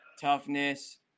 toughness